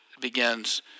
begins